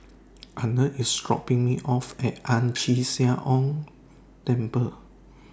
Arnett IS dropping Me off At Ang Chee Sia Ong Temple